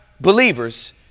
believers